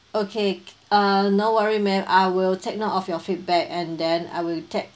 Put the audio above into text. okay uh no worry ma'am I will take note of your feedback and then I will take